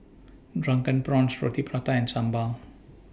Drunken Prawns Roti Prata and Sambal